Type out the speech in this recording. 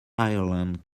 ireland